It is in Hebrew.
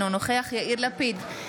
אינו נוכח יאיר לפיד,